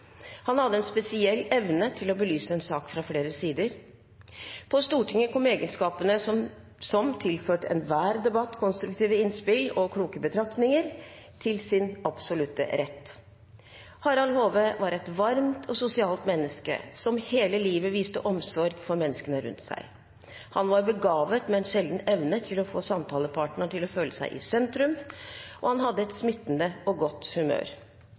Han hadde en spesiell evne til å belyse en sak fra flere sider. På Stortinget kom egenskapene som tilførte enhver debatt konstruktive innspill og kloke betraktninger, til sin absolutte rett. Harald Hove var et varmt og sosialt menneske, som hele livet viste omsorg for menneskene rundt seg. Han var begavet med en sjelden evne til å få samtalepartneren til å føle seg i sentrum, og han hadde et smittende og godt humør.